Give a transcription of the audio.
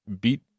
beat